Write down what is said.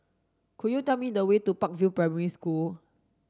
could you tell me the way to Park View Primary School